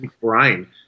brain